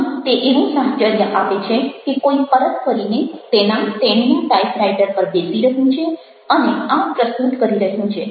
આથી તે એવું સાહચર્ય આપે છે કે કોઈ પરત ફરીને તેનાતેણીના ટાઈપરાઈટર પર બેસી રહ્યું છે અને આ પ્રસ્તુત કરી રહ્યું છે